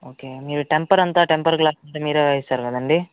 okay మీరు temper అంత temper glass అంత మీరే వేయిస్తారు కదండి